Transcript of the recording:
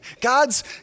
God's